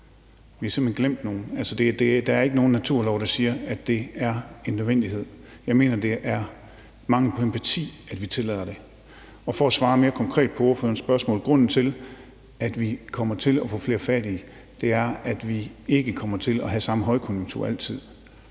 Vi har simpelt hen glemt nogle. Altså, der er ikke nogen naturlov, der siger, at det er en nødvendighed. Jeg mener, at det er mangel på empati, at vi tillader det. For at svare mere konkret på ordførerens spørgsmål vil jeg sige, at grunden til, at vi kommer til at få flere fattige, er, at vi ikke kommer til at have samme højkonjunktur altid.